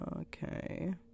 okay